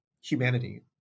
humanity